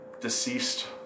deceased